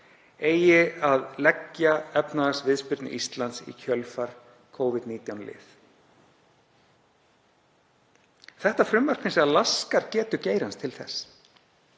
eigi að leggja efnahagsviðspyrnu Íslands í kjölfar Covid-19 lið. Þetta frumvarp laskar hins vegar getu geirans til þess,